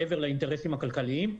מעבר לאינטרסים הכלכליים.